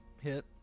Hit